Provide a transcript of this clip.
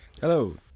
Hello